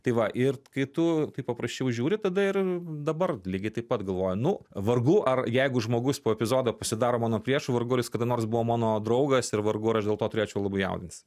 tai va ir kai tu taip paprasčiau žiūri tada ir dabar lygiai taip pat galvoju nu vargu ar jeigu žmogus po epizodo pasidaro mano priešu vargu ar jis kada nors buvo mano draugas ir vargu ar aš dėl to turėčiau labai jaudintis